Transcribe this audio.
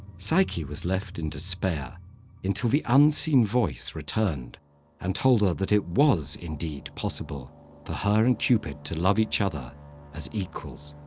psyche was left in despair until the unseen voice returned and told her that it was indeed possible for her and cupid to love each other as equals.